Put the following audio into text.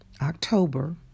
October